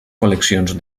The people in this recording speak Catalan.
col·leccions